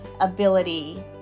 ability